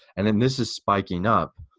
and then this is spiking up,